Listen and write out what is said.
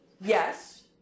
Yes